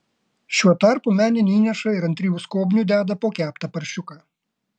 šiuo tarpu menėn įneša ir ant trijų skobnių deda po keptą paršiuką